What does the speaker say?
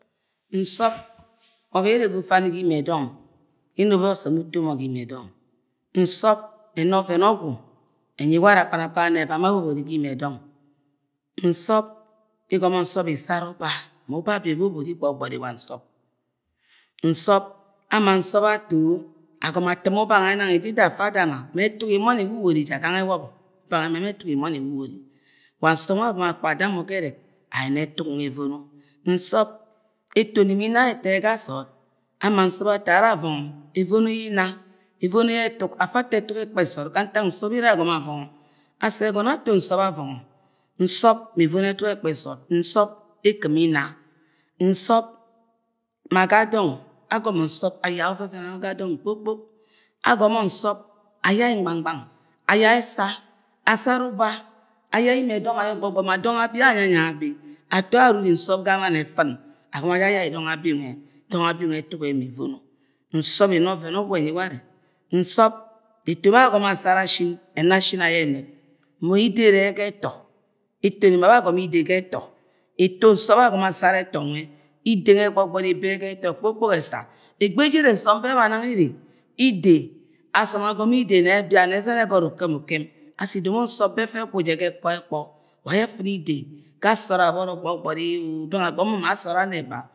Nsop wa oven yẹ ere ya ufami ga lime dong tẹ enobẹ ye ọsou utọ. mọ ga lime dọng, nsop ẹma ọven ọgwu enyi warẹ akpan akpa ameba ma bebori ga lime dọng nsop-igo̱ma nsop isara uba. ma uba abi ye bebori gbọgbori gwud wa nsọp nsọp, ama nsọp nsọp ato-agoma atɨm uba nwe, mang idida afa da ma ma etuk imory-e-wuwori ya gang nule ẹurọbe wa nsọp nule̱ akpa adama. gerek ama ekuk nwẹ evono-nsọp etoni ma inna ye. eto ye ga saood ama nsop ato ara vengo evono yẹ inna evono ye etuk afa ato e̱tuk ẹkjpẹ sood ga ntak nsop ye. ere ye agomo. avọnge asi egọnọ ato nsop avongo asi ego no ato nsop. Avongọ, msop me evono etuk ẹkpe so. od nsop ekimo inma nsop ma ga dong agomo nsop ayai ovevvẹn ayọ ga dong kpokkpok agommo nsọp agvai mgbeing mg bang again esa. asara uba again mibh do̱ng ayo̱ gbogbon ma dong abi iye anyu abi ye anyu abi ato ye aruri nsọp ga mann eften agome aja agaiḍong abi nule, dọng abi mule ẹtuk-e- me̱ evọnọ nsop ẹna shun ayọ eneb ma ide ere ga ẹtọ, etomi ma be. agomọ idẹ ga etọ ẹtọ nsọp nsop ye agọmọ asara eto rune ide nwe gbogbori ebe ye gu eto nue ide nwe gbogbori ebe yẹ gu eto kpok kpok ẹsa egbe eje ere nsop ewa nang ere, ide asou agowọ ide na ebia ezẹn egot ukene ukem asi domo ye nsop. be efẹ eguu je ga ekpo ga ẹkpo ga ekpo wa aye effin ide ga so. od gbogbori beng agonọ ma a so. od amẹba.